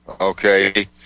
Okay